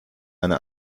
eine